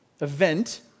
event